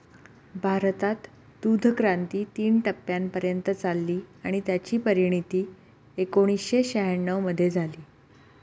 भारतात दूधक्रांती तीन टप्प्यांपर्यंत चालली आणि त्याची परिणती एकोणीसशे शहाण्णव मध्ये झाली